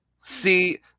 see